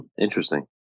interesting